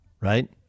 right